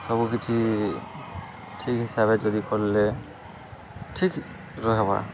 ସବୁକିଛି ଠିକ୍ ହିସାବେ ଯଦି କଲେ ଠିକ୍ ରହବା